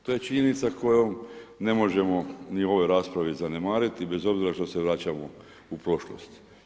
To je činjenica koju ne možemo ni u ovoj raspravi zanemariti, bez obzira što se vraćamo u prošlost.